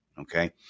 Okay